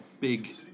big